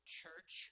church